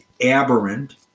aberrant